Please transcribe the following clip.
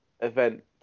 event